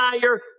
fire